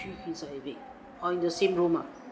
oh in the same room ah